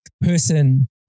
person